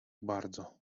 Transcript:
bardzo